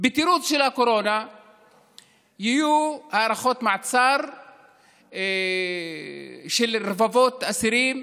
בתירוץ של הקורונה יהיו הארכות מעצר של רבבות אסירים,